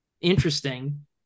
interesting